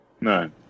No